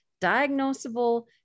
diagnosable